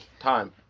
Time